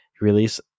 Release